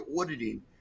auditing